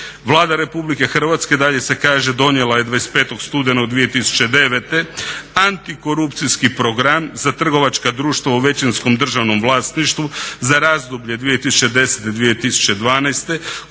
Vlada Republike Hrvatske, dalje se kaže donijela je 25. studenog 2009. antikorupcijski program za trgovačka društva u većinskom državnom vlasništvu za razdoblje 2010.-2012.